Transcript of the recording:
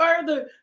further